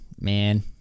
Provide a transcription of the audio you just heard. man